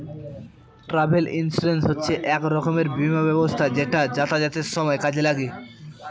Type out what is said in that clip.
travel insurance হচ্ছে এক রকমের বীমা ব্যবস্থা যেটা যাতায়াতের সময় কাজে লাগে